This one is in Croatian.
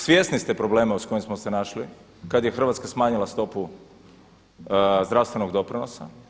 Svjesni ste problema s kojim smo se našli kada je Hrvatska smanjila stopu zdravstvenog doprinosa.